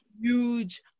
huge